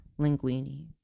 Linguini